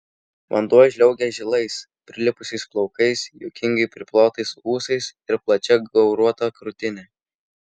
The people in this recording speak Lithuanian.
vanduo žliaugė žilais prilipusiais plaukais juokingai priplotais ūsais ir plačia gauruota krūtine